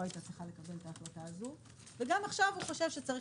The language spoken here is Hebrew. הייתה צריכה לקבל את ההחלטה הזאת וגם עכשיו הוא חושב שצריך